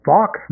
Fox